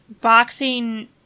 boxing